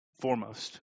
foremost